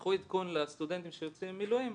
תשלחו עדכון לסטודנטים שיוצאים למילואים,